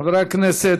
חברי הכנסת,